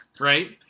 Right